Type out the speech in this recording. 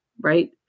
right